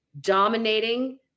dominating